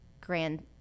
grand